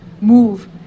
move